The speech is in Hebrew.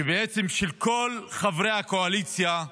בעצם של כל חברי הקואליציה,